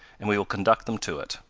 and we will conduct them to it.